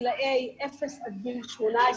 מגילי אפס עד גיל 18,